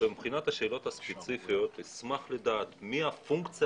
ומבחינת השאלות הספציפיות אני אשמח לדעת מי הפונקציה